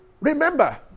Remember